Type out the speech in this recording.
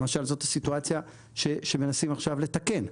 למשל זאת הסיטואציה שמנסים עכשיו לתקן.